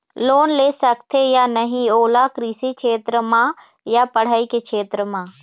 Loan ले सकथे या नहीं ओला कृषि क्षेत्र मा या पढ़ई के क्षेत्र मा?